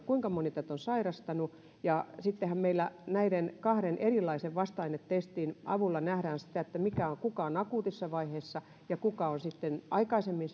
kuinka moni tätä on sairastanut ja sittenhän meillä näiden kahden erilaisen vasta ainetestin avulla nähdään se kuka on akuutissa vaiheessa ja kuka on sitten aikaisemmin